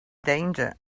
danger